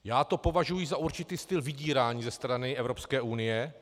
Já to považuji za určitý styl vydírání ze strany Evropské unie.